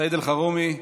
סעיד אלחרומי,